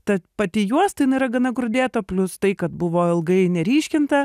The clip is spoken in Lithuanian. ta pati juosta yra gana grūdėta plius tai kad buvo ilgai neryškinta